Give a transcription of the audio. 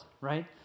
right